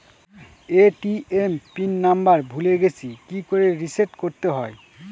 ATM pin number ভুলে গেছি কি করে রিসেট করতে হয়?